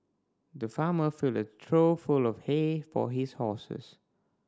the farmer filled a trough full of hay for his horses